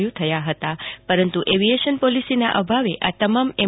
you થયા હતા પરંતુ એવીએશન પોલીસીના અભાવે આ તમામ એમ